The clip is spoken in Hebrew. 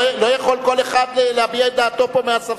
לא יכול כל אחד להביע את דעתו פה מהספסלים.